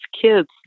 kids